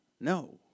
No